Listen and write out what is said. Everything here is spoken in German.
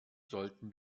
sollten